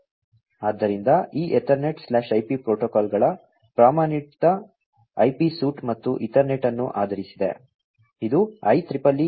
ಆದ್ದರಿಂದ ಈ ಎತರ್ನೆಟ್IP ಪ್ರೋಟೋಕಾಲ್ಗಳ ಪ್ರಮಾಣಿತ IP ಸೂಟ್ ಮತ್ತು ಈಥರ್ನೆಟ್ ಅನ್ನು ಆಧರಿಸಿದೆ ಇದು IEEE 82